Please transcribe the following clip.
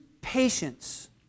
patience